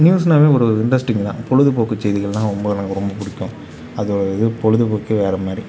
நியூஸ்னாலே ஒரு இன்ட்ரெஸ்ட்டிங் தான் பொழுதுபோக்கு செய்திகளெலாம் ரொம்ப எனக்கு ரொம்ப பிடிக்கும் அது இது பொழுதுபோக்கே வேறுமாரி